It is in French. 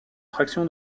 fraction